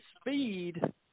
speed